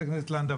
חברת הכנסת לנדה,